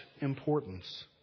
importance